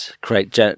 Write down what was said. create